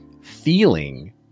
feeling